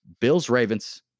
Bills-Ravens